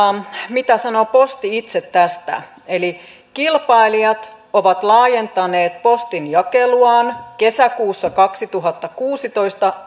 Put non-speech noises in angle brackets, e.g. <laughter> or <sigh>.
mitä sanoo posti itse tästä kilpailijat ovat laajentaneet postinjakeluaan kesäkuussa kaksituhattakuusitoista <unintelligible>